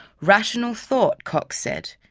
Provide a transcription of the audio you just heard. rational thought, cox said,